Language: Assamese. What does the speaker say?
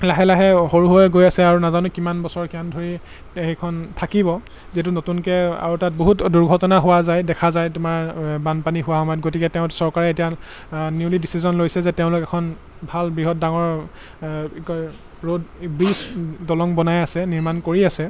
লাহে লাহে সৰু হৈ গৈ আছে আৰু নাজানো কিমান বছৰ কিমান ধৰি সেইখন থাকিব যিহেতু নতুনকৈ আৰু তাত বহুত দুৰ্ঘটনা হোৱা যায় দেখা যায় তোমাৰ বানপানী হোৱা সময়ত গতিকে তেওঁ চৰকাৰে এতিয়া নিউলি ডিচিছন লৈছে যে তেওঁলোক এখন ভাল বৃহৎ ডাঙৰ কি কয় ৰ'দ ব্ৰীজ দলং বনাই আছে নিৰ্মাণ কৰি আছে